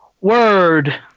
Word